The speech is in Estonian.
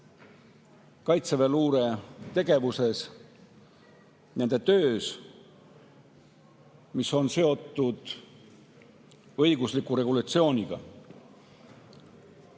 kaitseväeluure tegevuses, nende töös, mis on seotud õigusliku regulatsiooniga.